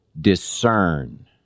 discern